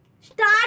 start